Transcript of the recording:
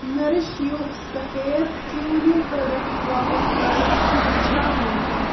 nourish یوٗ سفید کیُنوو پروڈکٹ واپس کَرُن چھا مُمکِن